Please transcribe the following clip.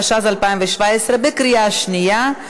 התשע"ז 2017, בקריאה שנייה.